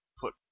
put